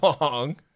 long